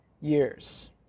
years